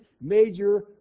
major